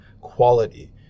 quality